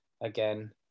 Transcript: again